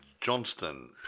Johnston